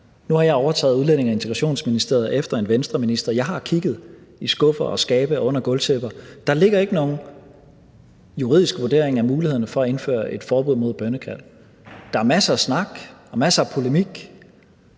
Nu har jeg overtaget Udlændinge- og Integrationsministeriet efter en Venstreminister, og jeg har kigget i skuffer og skabe og under gulvtæpper, og der ligger ikke nogen juridisk vurdering af mulighederne for at indføre et forbud mod bønnekald. Der er masser af snak og masser af polemik,